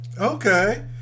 Okay